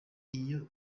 iyo